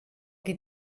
qui